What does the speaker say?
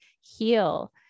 heal